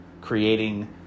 creating